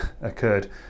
occurred